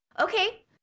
okay